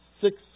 six